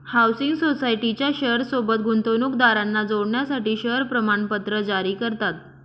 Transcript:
housing सोसायटीच्या share सोबत गुंतवणूकदारांना जोडण्यासाठी शेअर प्रमाणपत्र जारी करतात